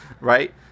Right